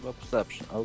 perception